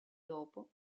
dopo